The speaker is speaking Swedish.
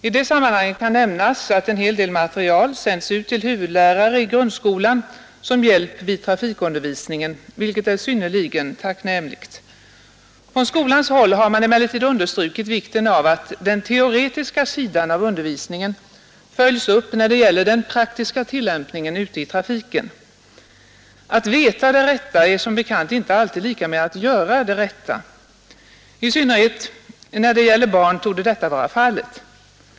I det sammanhanget kan nämnas att en hel del material sänds ut till huvudlärare i grundskolan som hjälp vid trafikundervisningen, vilket är synnerligen tacknämligt. Från skolans håll har emellertid understrukits vikten av att den teoretiska sidan av undervisningen följs upp med praktisk tillämpning ute i trafiken. Att veta det rätta är som bekant inte alltid lika med att göra det rätta. I synnerhet när det gäller barn torde detta vara fallet.